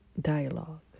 dialogue